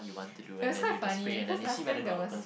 it was quite funny cause last time there was